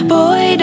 Boy